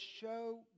show